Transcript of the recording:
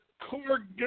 core